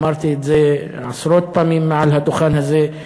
אמרתי את זה עשרות פעמים מעל הדוכן הזה.